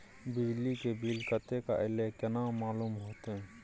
बिजली के बिल कतेक अयले केना मालूम होते?